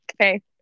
Okay